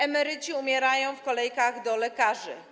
Emeryci umierają w kolejkach do lekarzy.